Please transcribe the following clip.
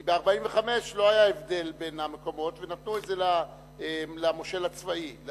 כי ב-1945 לא היה הבדל בין המקומות ונתנו את זה למושל הצבאי.